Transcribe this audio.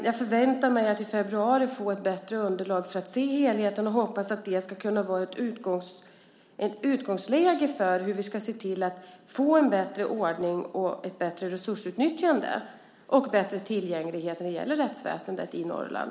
Jag förväntar mig att i februari få ett bättre underlag för att se helheten och hoppas att det ska kunna vara ett utgångsläge för hur vi ska få en bättre ordning och ett bättre resursutnyttjande och bättre tillgänglighet när det gäller rättsväsendet i Norrland.